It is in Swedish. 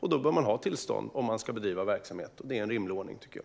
Då behöver man ha tillstånd om man ska bedriva verksamhet. Det tycker jag är en rimlig ordning.